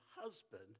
husband